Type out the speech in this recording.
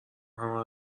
همه